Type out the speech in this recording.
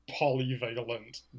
polyvalent